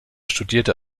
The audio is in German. studierte